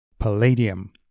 Palladium